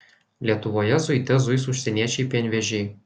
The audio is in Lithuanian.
lietuvoje zuite zuis užsieniečiai pienvežiai